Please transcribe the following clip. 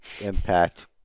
Impact